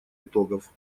итогов